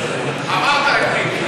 עברת את מיקי,